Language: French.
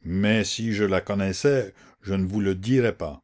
mais si je la connaissais je ne vous le dirais pas